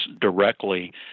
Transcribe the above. directly